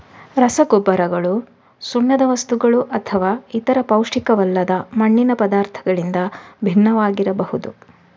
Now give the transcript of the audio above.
ರಸಗೊಬ್ಬರಗಳು ಸುಣ್ಣದ ವಸ್ತುಗಳುಅಥವಾ ಇತರ ಪೌಷ್ಟಿಕವಲ್ಲದ ಮಣ್ಣಿನ ಪದಾರ್ಥಗಳಿಂದ ಭಿನ್ನವಾಗಿರಬಹುದು